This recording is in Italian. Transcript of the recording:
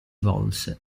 volse